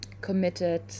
committed